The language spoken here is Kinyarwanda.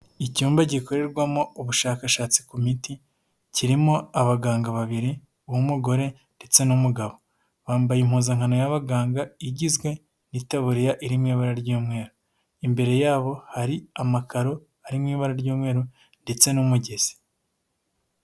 Icyumba gikorerwamo ubushakashatsi ku miti kirimo abaganga babiri b'umugore ndetse n'umugabo, bambaye impuzankano y'abaganga igizwe n'itaburiya iri mu ibara ry'umweru imbere yabo hari amakaro ari mu ibara ry'umweru ndetse n'umugezi.